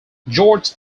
george